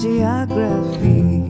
Geography